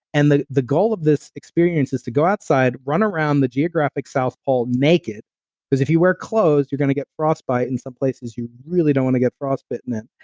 and the the goal of this experience is to go outside, run around the geographic south pole naked because if you wear clothes, you're going to get frostbite in some places you really don't want to get frostbitten in,